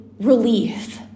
relief